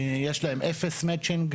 יש להן 0 מצ'ינג.